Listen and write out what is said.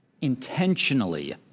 Intentionally